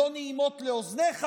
לא נעימות לאוזניך,